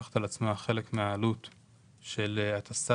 אפילו מתחת לגיל 18. מגיל חטיבה עד גיל